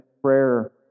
prayer